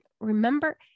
Remember